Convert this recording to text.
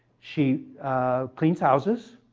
she cleans houses.